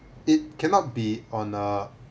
it cannot be on a